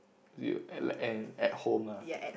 y~ and and at home ah